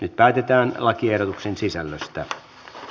nyt päätetään lakiehdotuksen sisällöstä